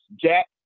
Jack